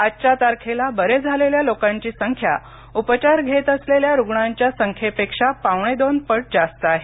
आजच्या तारखेला बरे झालेल्या लोकांची संख्या उपचार घेत असलेल्या रुग्णांच्या संख्येपेक्षा पावणेदोनपट जास्त आहे